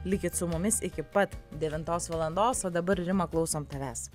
likit su mumis iki pat devintos valandos o dabar rima klausom tavęs